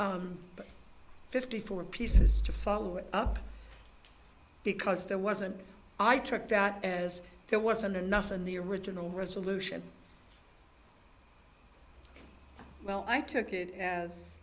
fifty four pieces to follow up because there was a i took that as there wasn't enough in the original resolution well i took it